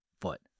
foot